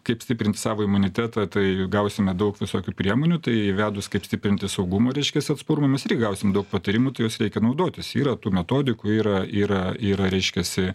kaip stiprint savo imunitetą tai gausime daug visokių priemonių tai įvedus kaip stiprinti saugumą reiškiasi atsparumų mes irgi gausim daug patarimų tai juos reikia naudotis yra tų metodikų yra yra yra reiškiasi